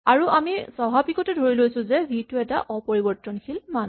আৰু আমি স্বাভাৱিকতে ধৰি লৈছো যে ভি টো এটা অপৰিবৰ্তনশীল মান